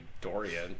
Dorian